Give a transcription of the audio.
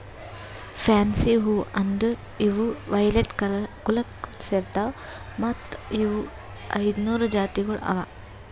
fancy ಹೂವು ಅಂದುರ್ ಇವು ವೈಲೆಟ್ ಕುಲಕ್ ಸೇರ್ತಾವ್ ಮತ್ತ ಇವು ಐದ ನೂರು ಜಾತಿಗೊಳ್ ಅವಾ